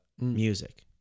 music